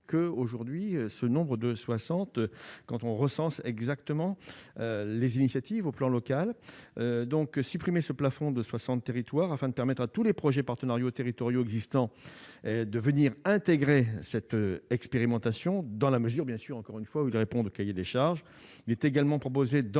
que aujourd'hui ce nombre de 60 quand on recense exactement les initiatives au plan local, donc supprimé ce plafond de 60 territoires afin de permettre à tous les projets partenariaux territoriaux existant de venir intégrer cette expérimentation dans la mesure bien sûr, encore une fois, ou de répondre au cahier des charges, il est également proposé dans cet